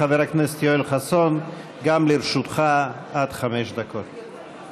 חבר הכנסת יואל חסון, גם לרשותך עד חמש דקות.